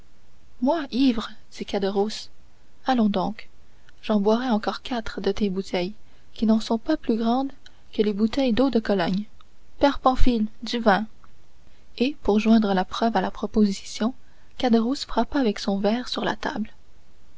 moi ivre dit caderousse allons donc j'en boirais encore quatre de tes bouteilles qui ne sont pas plus grandes que des bouteilles d'eau de cologne père pamphile du vin et pour joindre la preuve à la proposition caderousse frappa avec son verre sur la table